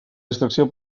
distracció